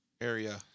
area